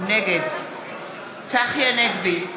נגד צחי הנגבי,